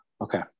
Okay